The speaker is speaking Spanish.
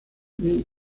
una